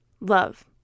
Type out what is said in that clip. love